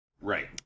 right